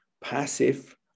passive